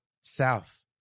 south